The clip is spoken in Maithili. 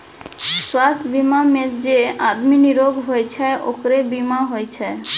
स्वास्थ बीमा मे जे आदमी निरोग होय छै ओकरे बीमा होय छै